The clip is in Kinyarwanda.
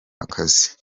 akazi